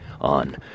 on